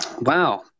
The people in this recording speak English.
Wow